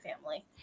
family